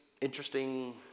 interesting